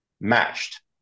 matched